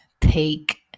take